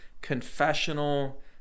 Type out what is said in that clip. confessional